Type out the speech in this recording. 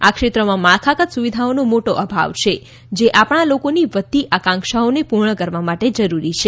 આ ક્ષેત્રમાં માળખાગત સુવિધાઓનો મોટો અભાવ છે જે આપણા લોકોની વધતી આકાંક્ષાઓને પૂર્ણ કરવા માટે જરૂરી છે